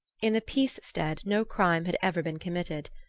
in the peace stead no crime had ever been committed,